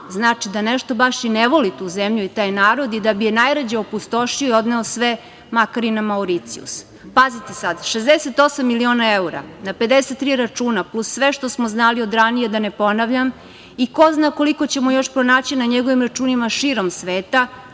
znači da nešto baš i ne voli tu zemlju i taj narod i da bi je najrađe opustošio i odneo sve, makar i na Mauricijus. Pazite sad, 68 miliona evra na 53 računa, plus sve što smo znali od ranije, da ne ponavljam, i ko zna koliko ćemo još pronaći na njegovim računima širom sveta,